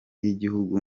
y’igihugu